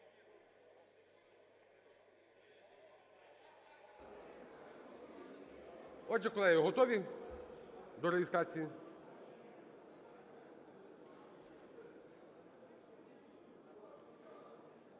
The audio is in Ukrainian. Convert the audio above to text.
Отже, колеги, готові до реєстрації?